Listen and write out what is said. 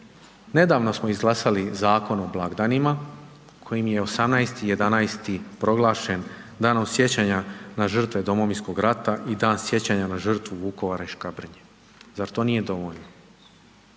Nedavno smo izglasali Zakon o blagdanima kojim je 18.11. proglašen Danom sjećanja na žrtve Domovinskog rata i Dan sjećanja na žrtvu Vukovara i Škabrnje. Zar to nije dovoljno?